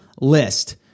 list